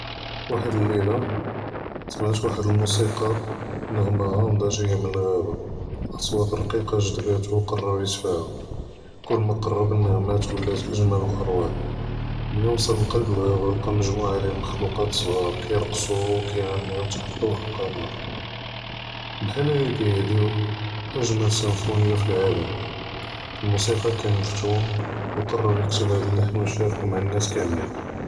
ואהאד אללילה שמעת ואחד אלמוסיקה נגמה עאמדה ג’איה מן אלחרב, אסוואת רעיקה ג’זבתו קרר יתבעה, קול מא קרב לנגמות ולט אג’מל וארוע, מנין וסל קלב אלגעהבה לאקה מג’מוועה מכלווקת צעאר כירקצ’ו וכייג’ניו תחת ד’וא אלקמר, בחאל כיהדיו אג’מל סינפוניה פי אלעאלם. אלמוסיקר כאן מפתון וקרר יכתב האד אללחן ויישארקו מעאל נאס קאמלין.